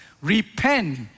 Repent